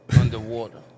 Underwater